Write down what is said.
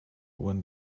when